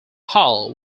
hal